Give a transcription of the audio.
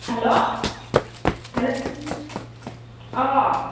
हेल' हा अ